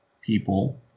people